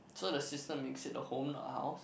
so the sister makes it a home or house